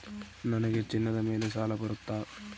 ನನಗೆ ಚಿನ್ನದ ಮೇಲೆ ಸಾಲ ಬರುತ್ತಾ?